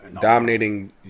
dominating